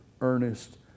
earnest